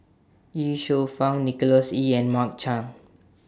Ye Shufang Nicholas Ee and Mark Chan